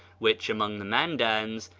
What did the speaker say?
which, among the mandans,